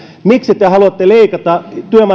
miksi te haluatte